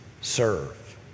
serve